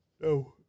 No